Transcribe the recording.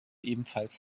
ebenfalls